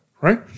right